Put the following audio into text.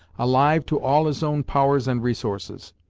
alive to all his own powers and resources.